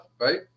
right